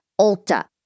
Ulta